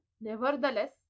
nevertheless